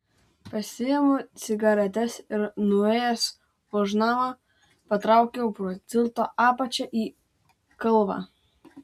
pasiimu cigaretes ir nuėjęs už namo patraukiu pro tilto apačią į kalvą